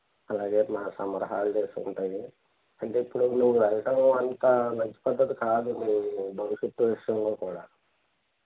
అలాగే summer holidays ఉంటాయి అంటే ఇప్పుడు నువ్వు వెళ్ళటం అంత మంచి పద్ధతి కాదు నీ భవిష్యత్తు విషయంలో కూడా